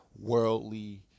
worldly